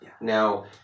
Now